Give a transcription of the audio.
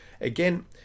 again